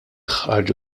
ħarġu